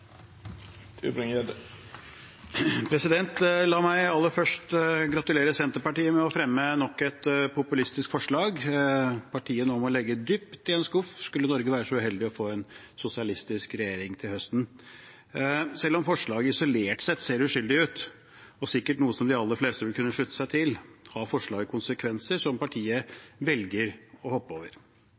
La meg aller først gratulere Senterpartiet med å fremme nok et populistisk forslag som partiet må legge dypt i en skuff hvis Norge skulle være så uheldig å få en sosialistisk regjering til høsten. Selv om forslaget isolert sett ser uskyldig ut og som noe de aller fleste sikkert ville kunne slutte seg til, har forslaget konsekvenser som partiet velger å hoppe over.